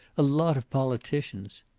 a lot of politicians?